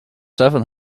seven